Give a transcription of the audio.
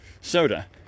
soda